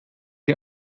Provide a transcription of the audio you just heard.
die